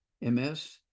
MS